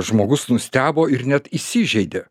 žmogus nustebo ir net įsižeidė